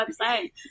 website